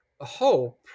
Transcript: Hope